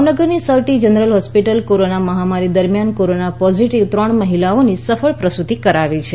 ભાવનગરની sir T general હોસ્પિટલે corona મહામારી દરમિયાન કોરોના પોઝિટિવ ત્રણ મહિલાઓની સફળ પ્રસુતિ કરાવી છે